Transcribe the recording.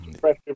Pressure